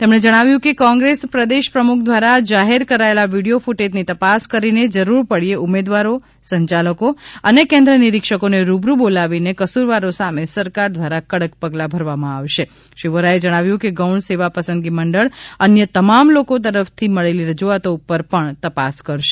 તેમ ણે જણાવ્યું હતું કે કોંગ્રેસ પ્રદેશ પ્રમુખ દ્વારા જાહેર કરાયેલા વિડીયો કુટેજની તપાસ કરીને જરૂર પડચે ઉમેદવારો સંચાલકો અને કેન્દ્ર નિરીક્ષકોને રૂબરૂ બોલાવીને કસુરવારો સામે સરકાર દ્વારા કડક પગલાં ભરવામાં આવશે શ્રી વોરાએ જણાવ્યું હતું કે ગૌણ સેવા પસંદગી મંડળ અન્ય તમામ લોકો તરફથી મળેલી રજૂઆતો ઉપર પણ તપાસ કરશે